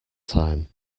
time